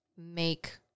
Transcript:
make